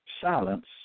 silence